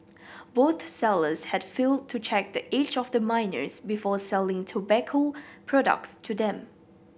both sellers had failed to check the age of the minors before selling tobacco products to them